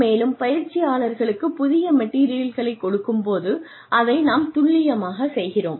மேலும் பயிற்சியாளர்களுக்கு புதிய மெட்டீரியல்களைக் கொடுக்கும்போது அதை நாம் துல்லியமாகச் செய்கிறோம்